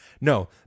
No